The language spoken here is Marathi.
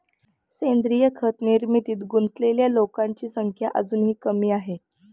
सेंद्रीय खत निर्मितीत गुंतलेल्या लोकांची संख्या अजूनही कमी आहे